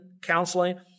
counseling